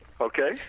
Okay